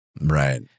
Right